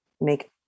make